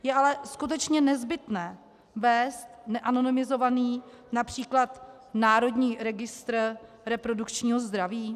Je ale skutečně nezbytné vést neanonymizovaný například Národní registr reprodukčního zdraví?